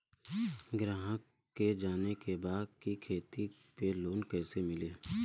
ग्राहक के जाने के बा की खेती पे लोन कैसे मीली?